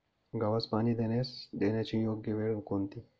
गव्हास पाणी देण्याची योग्य वेळ कोणती?